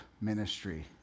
ministry